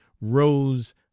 rose